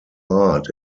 art